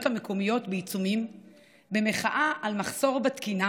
המקומיות בעיצומים במחאה על מחסור בתקינה